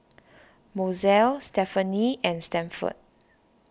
Mozelle Stephenie and Stafford